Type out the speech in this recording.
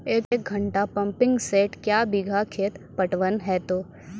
एक घंटा pumping set क्या बीघा खेत पटवन है तो?